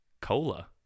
Cola